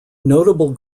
notable